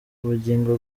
ubugingo